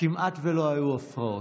כמעט ולא היו הפרעות.